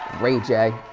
ray j.